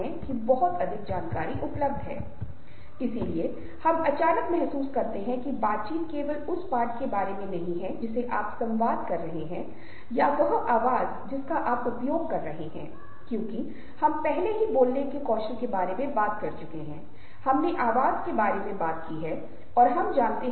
लेकिन जब हम कुछ भावनाओं को कुछ मांसपेशियों को नियंत्रित नहीं कर सकते हैं तो इसके बावजूद हमारे ऐसा करने का इरादा नहीं है हम कुछ भावनाओं को दूर करने में सक्षम हैं या यदि आप कुछ भावनाओं को लागू करने की कोशिश कर रहे हैं तो हम ऐसा करने में असफल हो रहे हैं